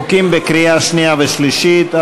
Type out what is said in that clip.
חוקים לקריאה שנייה ושלישית.